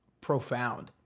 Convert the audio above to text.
profound